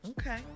Okay